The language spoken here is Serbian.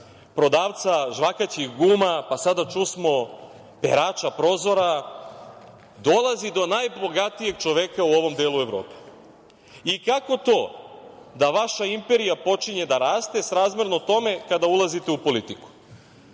prodavca žvakaćih guma, pa sada čusmo perača prozora, dolazi do najbogatijeg čoveka u ovom delu Evrope. Kako to da vaša imperija počinje da raste srazmerno tome kada ulazite u politiku? Radi